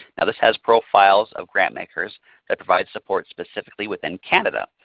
now this has profiles of grant makers that provide support specifically within canada.